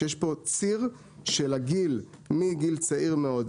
שיש פה ציר של הגיל מגיל צעיר מאוד,